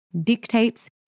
dictates